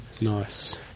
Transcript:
Nice